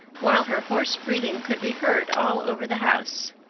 while her hoarse breathing could be heard all over the house.